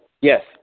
yes